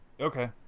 Okay